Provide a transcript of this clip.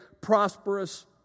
prosperous